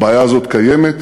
הבעיה הזאת קיימת.